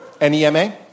N-E-M-A